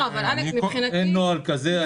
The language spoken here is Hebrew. אין נוהל כזה.